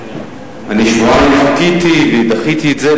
שבועיים חיכיתי ודחיתי את זה,